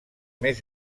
més